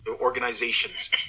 organizations